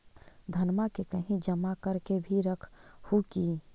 धनमा के कहिं जमा कर के भी रख हू की?